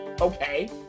Okay